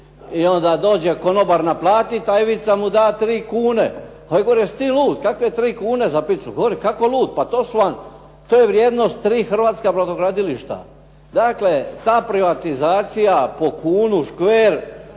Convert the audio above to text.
i onda dođe konobar naplatiti a Ivica mu da 3 kune. Ovaj govori "Jesi ti lud, kakve 3 kune za pizzu?". Govori: "Kako lud? Pa to je vrijednost tri hrvatska brodogradilišta". Dakle, ta privatizacija po kunu škver